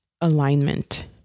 alignment